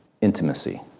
intimacy